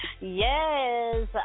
Yes